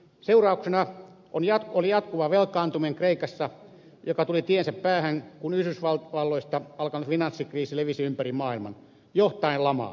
seurauksena oli jatkuva velkaantuminen kreikassa joka tuli tiensä päähän kun yhdysvalloista alkanut finanssikriisi levisi ympäri maailman johtaen lamaan